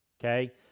okay